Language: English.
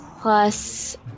plus